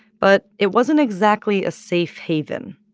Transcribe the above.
but it wasn't exactly a safe haven